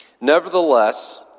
Nevertheless